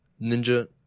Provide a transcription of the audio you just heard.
Ninja